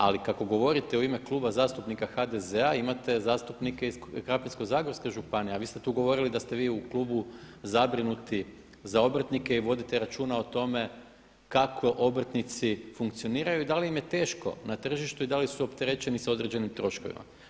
Ali kako govorite u ime Kluba zastupnika HDZ-a imate zastupnike iz Krapinsko-zagorske županije, a vi ste tu govorili da ste vi u klubu zabrinuti za obrtnike i vodite računa o tome kako obrtnici funkcioniraju i da li im je teško na tržištu i da li su opterećeni sa određenim troškovima.